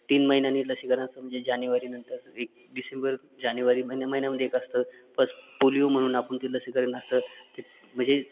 तीन महिन्यानी लसीकरणाचं म्हणजे जानेवारीनंतर री डिसेंबर जानेवारी महिन्या महिन्यामध्ये एक असतं पस पोलिओ म्हणून आपण ते लसीकरण असतं म्हणजे